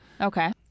okay